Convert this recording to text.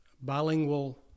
bilingual